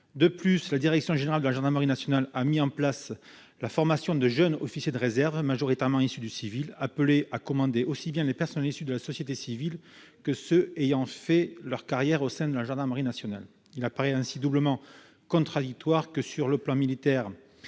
De plus, la direction générale de la gendarmerie nationale a mis en place la formation de jeunes officiers de réserve, majoritairement issus de la société civile, appelés à commander aussi bien les personnels venant de la société civile que ceux qui ont fait leur carrière au sein de la gendarmerie nationale. Il paraît ainsi doublement contradictoire que ces officiers